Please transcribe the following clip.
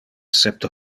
septe